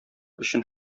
өчен